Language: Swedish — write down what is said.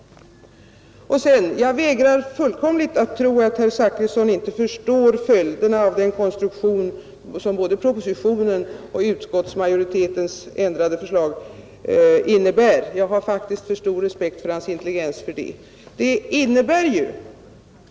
Sedan vägrar jag fullkomligt att tro att herr Zachrisson inte förstår följderna av den konstruktion som både propositionen och utskottsmajoritetens ändrade förslag innebär, Jag har faktiskt så stor respekt för hans intelligens att jag inte tror det.